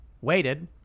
waited